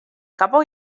couple